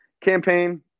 Campaign